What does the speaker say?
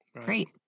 great